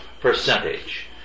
percentage